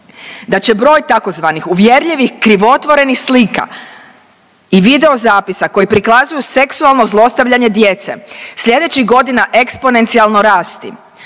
da će broj tzv. uvjerljivih krivotvorenih slika i video zapisa koji prikazuju seksualno zlostavljanje djece slijedećih godina eksponencijalno rasti.